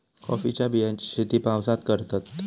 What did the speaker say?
कॉफीच्या बियांची शेती पावसात करतत